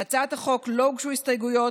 להצעת החוק לא הוגשו הסתייגויות,